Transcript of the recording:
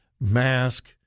mask